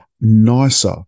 nicer